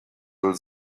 will